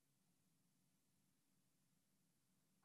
חברי